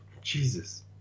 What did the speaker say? Jesus